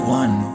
one